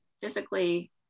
physically